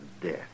death